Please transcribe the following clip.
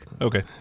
Okay